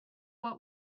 what